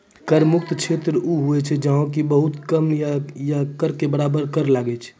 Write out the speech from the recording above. कर मुक्त क्षेत्र उ होय छै जैठां कि बहुत कम कर या नै बराबर कर लागै छै